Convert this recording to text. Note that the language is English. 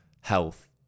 health